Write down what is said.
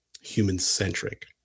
human-centric